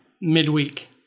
midweek